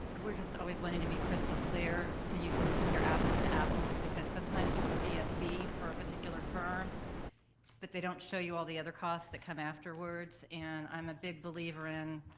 we're just always wanting to be crystal clear, so you can compare apples to apples, because sometimes you'll see a fee for a particular firm but they don't show you all the other costs that come afterwards and i'm a big believer in,